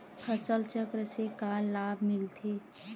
फसल चक्र से का लाभ मिलथे?